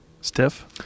Stiff